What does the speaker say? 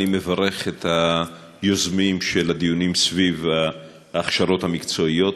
אני מברך את היוזמים של הדיונים על ההכשרות המקצועיות,